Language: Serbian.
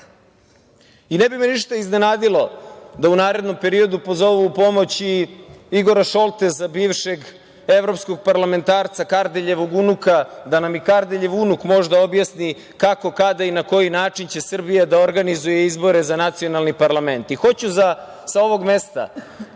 Ne bi me iznenadilo da u narednom periodu pozovu u pomoć i Igora Šolteza, bivšeg evropskog parlamentarca, Kardeljevog unuka, da nam i Kardeljev unuk možda objasni kako, kada i na koji način će Srbija da organizuje izbore za nacionalni parlament. Hoću sa ovog mesta